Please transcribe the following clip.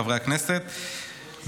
חברי הכנסת,